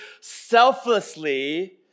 selflessly